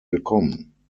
willkommen